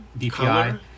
dpi